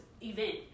event